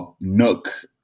nook